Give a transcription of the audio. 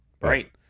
right